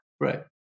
Right